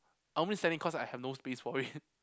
I'm only selling cause I have no space for it